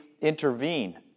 intervene